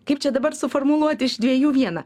kaip čia dabar suformuluoti iš dviejų vieną